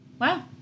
wow